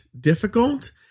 difficult